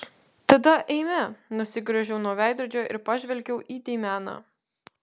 tada eime nusigręžiau nuo veidrodžio ir pažvelgiau į deimeną